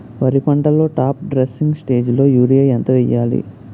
వరి పంటలో top dressing స్టేజిలో యూరియా ఎంత వెయ్యాలి?